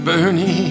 Bernie